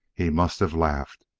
he must have laughed,